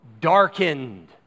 darkened